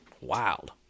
wild